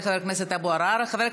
אם חבר הכנסת גפני